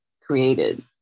created